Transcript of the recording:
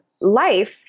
life